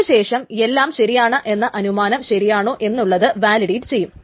അതിനു ശേഷം എല്ലാം ശരിയാണ് എന്ന അനുമാനം ശരിയാണോ എന്നുള്ളത് വാലിഡേറ്റ് ചെയ്യും